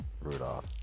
Rudolph